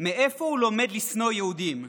מאיפה הוא לומד לשנוא יהודים?